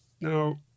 Now